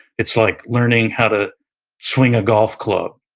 it's like learning how to swing a golf club.